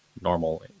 normal